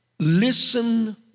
Listen